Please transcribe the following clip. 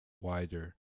wider